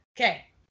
Okay